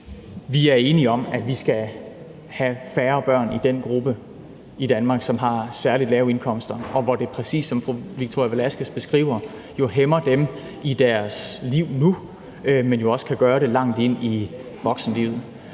Vi er enige om, at vi skal have færre børn i den gruppe i Danmark, altså hvor der er særlig lave indkomster, og hvor det, præcis som fru Victoria Velasquez beskriver, jo hæmmer dem i deres liv nu, men jo også kan gøre det langt ind i voksenlivet.